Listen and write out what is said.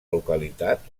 localitat